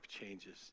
changes